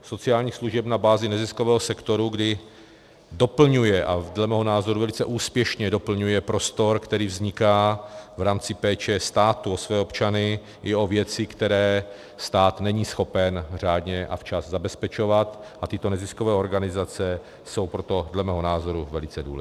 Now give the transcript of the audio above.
Sociálních služeb na bázi neziskového sektoru, kdy doplňuje, a dle mého názoru velice úspěšně doplňuje, prostor, který vzniká v rámci péče státu o své občany i o věci, které stát není schopen řádně a včas zabezpečovat, a tyto neziskové organizace jsou proto dle mého názoru velice důležité.